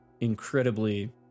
incredibly